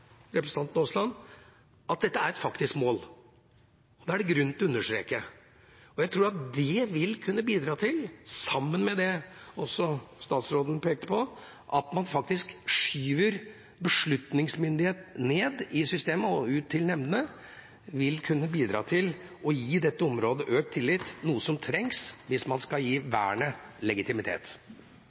er bestandsmålet et faktisk mål. Det er det grunn til å understreke. Jeg tror at det vil kunne bidra til – sammen med det statsråden pekte på, at man faktisk skyver beslutningsmyndighet ned i systemet og ut til nemdene – å gi dette området økt tillit, noe som trengs hvis man skal gi vernet legitimitet.